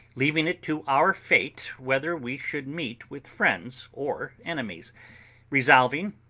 leaving it to our fate whether we should meet with friends or enemies resolving,